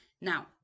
now